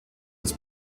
des